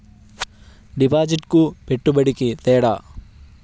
డిపాజిట్కి పెట్టుబడికి తేడా?